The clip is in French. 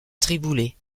triboulet